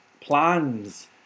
plans